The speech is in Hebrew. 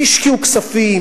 השקיעו כספים,